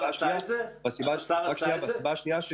הסיבה השנייה היא